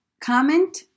comment